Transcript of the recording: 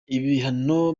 ibihano